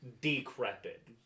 decrepit